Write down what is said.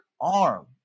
arm